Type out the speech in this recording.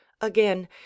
again